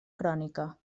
crònica